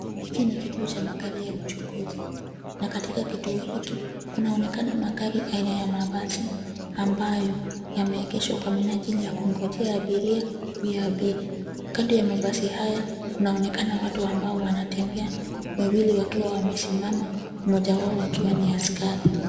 Hiki ni kituo cha magari ya uchunguzi na katika kituo hiki kunaonekana magari aina ya mabasi ambayo yameegeshwa kwa minajili ya kungojea abiria kuyaabiri. Kando ya mabasi haya, kunaonekana watu ambao wanatembea wawili wakiwa wamesimama mmoja wao akiwa ni askari.